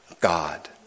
God